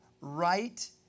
right